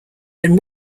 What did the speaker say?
than